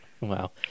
Wow